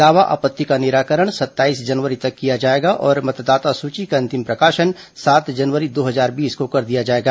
दावा आपत्ति का निराकरण सत्ताईस जनवरी तक किया जाएगा और मतदाता सूची का अंतिम प्रकाशन सात जनवरी दो हजार बीस को कर दिया जाएगा